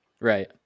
right